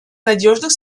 надежных